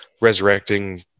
resurrecting